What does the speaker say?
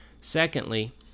Secondly